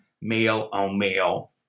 male-on-male